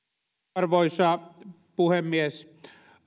arvoisa puhemies